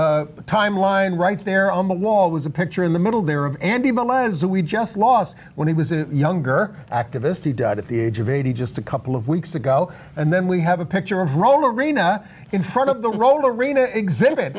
timeline right there on the wall was a picture in the middle there and even my as we just lost when he was younger activist he died at the age of eighty just a couple of weeks ago and then we have a picture of rome arena in front of the roll arena exhibit